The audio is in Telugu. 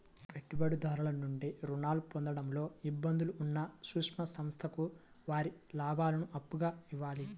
పెట్టుబడిదారుల నుండి రుణాలు పొందడంలో ఇబ్బందులు ఉన్న సూక్ష్మ సంస్థలకు వారి లాభాలను అప్పుగా ఇవ్వాలి